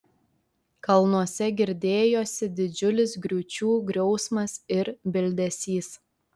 kalnuose girdėjosi didžiulis griūčių griausmas ir bildesys